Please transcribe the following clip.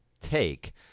take